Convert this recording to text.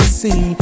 see